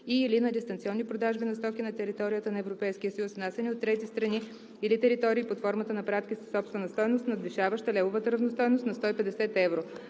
и/или на дистанционни продажби на стоки на територията на Европейския съюз, внасяни от трети страни или територии под формата на пратки със собствена стойност, надвишаваща левовата равностойност на 150 евро.“